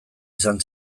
izan